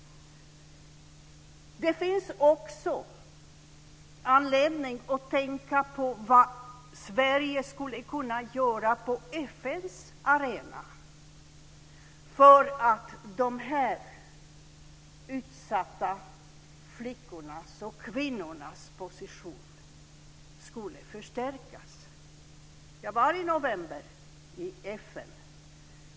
Det finns också anledning att tänka på vad Sverige skulle kunna göra på FN:s arena för att de här utsatta flickornas och kvinnornas position skulle förbättras. Jag var i FN i november.